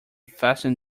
fasten